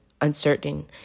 uncertain